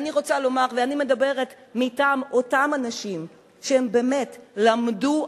אני מדברת מטעם אותם אנשים שהם באמת למדו,